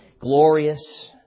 glorious